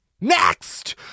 Next